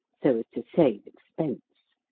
so as to save expense